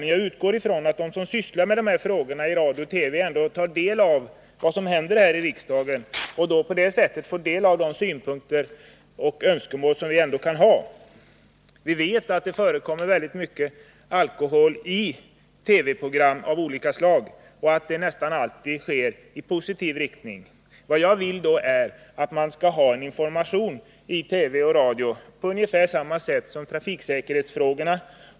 Men jag utgår ifrån att de som sysslar med sådana här frågor i radio och TV ändå tar del av vad som händer i riksdagen och att de på det sättet informeras om de synpunkter och önskemål som vi kan ha. Vi vet att det förekommer väldigt mycket alkoholdrickande i TV-program av olika slag och att detta nästan alltid framställs som någonting positivt. Jag vill att man som motvikt till detta skall ha en alkoholinformation i radio och Å TV på ungefär samma sätt som skett i fråga om trafiksäkerhetsfrågorna.